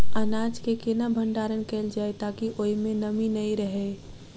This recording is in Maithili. अनाज केँ केना भण्डारण कैल जाए ताकि ओई मै नमी नै रहै?